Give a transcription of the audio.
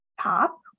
top